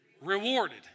rewarded